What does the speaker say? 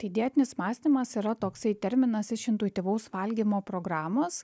tai dietinis mąstymas yra toksai terminas iš intuityvaus valgymo programos